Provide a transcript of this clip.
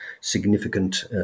significant